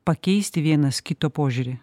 pakeisti vienas kito požiūrį